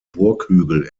burghügel